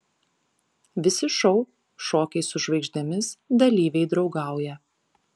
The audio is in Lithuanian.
visi šou šokiai su žvaigždėmis dalyviai draugauja